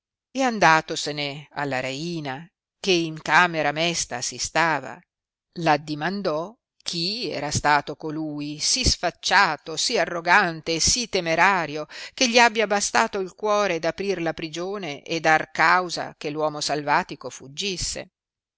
e andatosene alla reina che in camera mesta si stava l'addimandò chi era stato colui sì sfacciato sì arrogante e sì temerario che gli abbia bastato il cuore d aprir la prigione e dar causa che uomo salvatico fuggisse